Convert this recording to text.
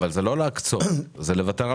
זה לא להקצות, זה לוותר על